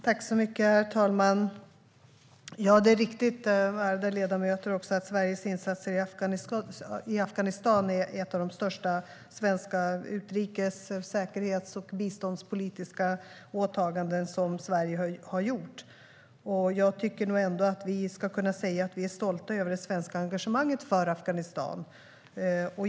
Herr talman! Ja, ärade ledamöter, det är riktigt att Sveriges insatser i Afghanistan är ett av de största utrikes, säkerhets och biståndspolitiska åtaganden som Sverige har gjort. Jag tycker ändå att vi ska kunna säga att vi är stolta över det svenska engagemanget för Afghanistan.